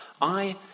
I